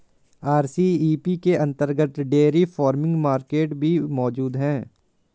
RCEP के अंतर्गत dairy farming market भी मौजूद है